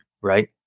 right